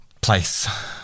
place